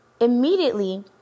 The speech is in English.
Immediately